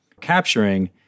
capturing